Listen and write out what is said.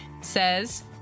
says